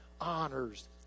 honors